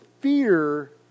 fear